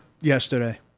yesterday